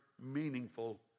meaningful